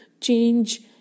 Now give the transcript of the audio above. change